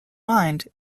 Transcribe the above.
mind